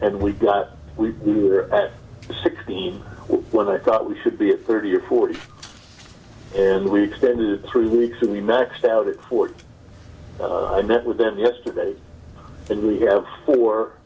and we got we at sixteen when i thought we should be at thirty or forty and we extended three weeks and we maxed out at forty i met with them yesterday and we have four